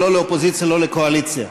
לא לאופוזיציה ולא לקואליציה.